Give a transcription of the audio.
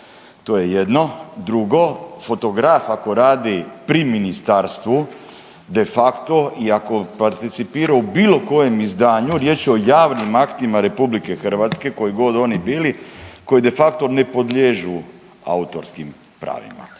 To je jedno, drugo fotograf ako radi pri ministarstvu de facto, i ako participira u bilo kojem izdanju, riječ je o javnim aktima RH koji god oni bili, koji de facto ne podliježu autorskim pravima.